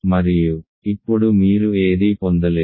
మరియు ఇప్పుడు మీరు ఏదీ పొందలేరు